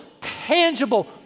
tangible